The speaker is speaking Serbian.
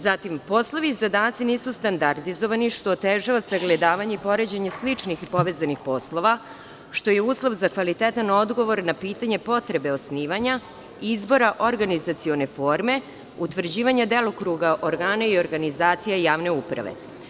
Zatim, poslovi i zadaci nisu standarizovani što otežava sagledavanje i poređenje sličnih povezanih poslova, što je uslov za kvalitetan odgovor na pitanje potrebe osnivanja i izbora organizacione forme, utvrđivanje delokruga organa i organizacija javne uprave.